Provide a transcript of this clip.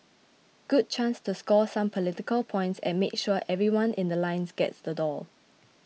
good chance to score some political points and make sure everyone in The Line gets the doll